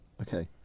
Okay